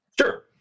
Sure